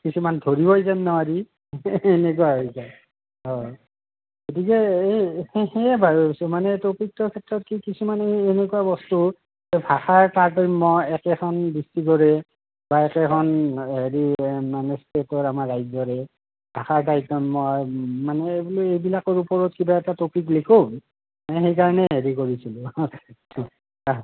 কিছুমান ধৰিবই যেন নোৱাৰি এনেকুৱা হৈ যায় হয় গতিকে এই সেয়ে বাৰু মানে টপিকটোৰ ক্ষেত্ৰত কিছুমান এই এনেকুৱা বস্তু ভাষাৰ তাৰতম্য একেখন ডিষ্টিকৰে বা একেখন হেৰি মানে ষ্টেটৰ আমাৰ ৰাজ্যৰে ভাষাৰ তাৰতম্য মানে এইবুলি এইবিলাকৰ ওপৰত কিবা এটা টপিক লিখোঁ সেইকাৰণেই হেৰি কৰিছিলোঁ